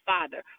Father